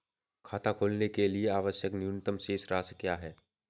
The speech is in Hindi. खाता खोलने के लिए आवश्यक न्यूनतम शेष राशि क्या है?